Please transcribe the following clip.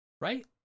Right